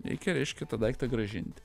reikia reiškia tą daiktą grąžinti